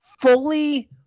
Fully